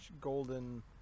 golden